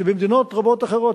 שבמדינות רבות אחרות,